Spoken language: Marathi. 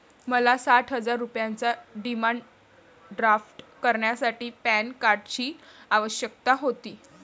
मला साठ हजार रुपयांचा डिमांड ड्राफ्ट करण्यासाठी पॅन कार्डची आवश्यकता होती